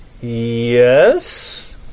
yes